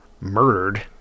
murdered